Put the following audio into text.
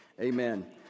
amen